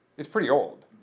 it's pretty old.